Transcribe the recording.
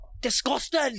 disgusting